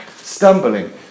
Stumbling